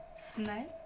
Snake